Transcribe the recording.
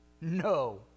No